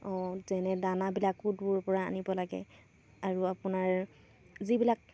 অঁ যেনে দানাবিলাকো দূৰৰপৰা আনিব লাগে আৰু আপোনাৰ যিবিলাক